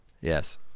Yes